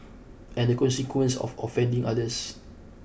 and the consequence of offending others